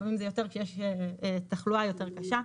לפעמים זה יותר כי יש תחלואה יותר קשה.